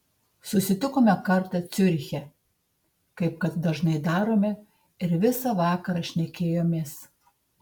susitikome kartą ciuriche kaip kad dažnai darome ir visą vakarą šnekėjomės